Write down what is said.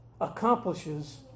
accomplishes